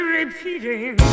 repeating